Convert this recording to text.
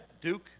Duke